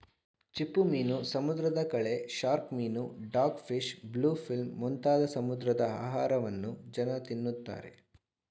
ಚಿಪ್ಪುಮೀನು, ಸಮುದ್ರದ ಕಳೆ, ಶಾರ್ಕ್ ಮೀನು, ಡಾಗ್ ಫಿಶ್, ಬ್ಲೂ ಫಿಲ್ಮ್ ಮುಂತಾದ ಸಮುದ್ರದ ಆಹಾರವನ್ನು ಜನ ತಿನ್ನುತ್ತಾರೆ